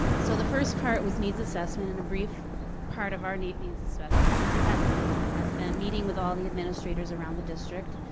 so the first part was needs assessment. and a brief part of our needs needs assessment assessment has been meeting with all the administrators around the district,